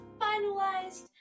Finalized